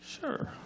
Sure